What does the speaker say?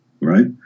right